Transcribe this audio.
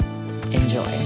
Enjoy